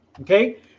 okay